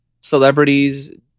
celebrities